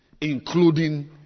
including